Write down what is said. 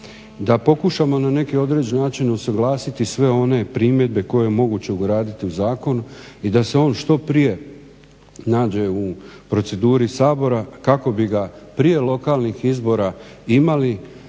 da pokušamo na neki određen način usuglasiti sve one primjedbe koje je moguće ugraditi u zakon i da se on što prije nađe u proceduri Sabora kako bi ga prije lokalnih izbora imali